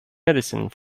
medicine